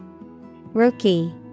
rookie